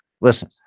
listen